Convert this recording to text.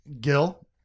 Gil